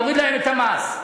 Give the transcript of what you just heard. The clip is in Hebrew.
להוריד להם את המס,